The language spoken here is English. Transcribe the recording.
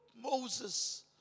Moses